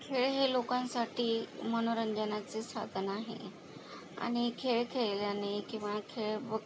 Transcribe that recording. खेळ हे लोकांसाठी मनोरंजनाचे साधन आहे आणि खेळ खेळल्याने किंवा खेळ ब